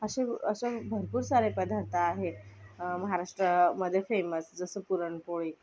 असे असे भरपूर सारे पदार्थ आहेत महाराष्ट्रामध्ये फेमस जसं पुरणपोळी